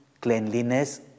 cleanliness